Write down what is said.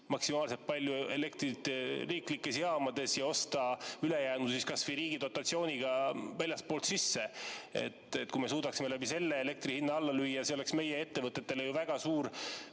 maksimaalselt palju elektrit riigi jaamades ja osta ülejäänu kas või riigi dotatsiooniga väljastpoolt sisse. Kui me suudaksime selle abil elektri hinna alla lüüa, oleks see meie ettevõtetele väga suur